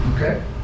Okay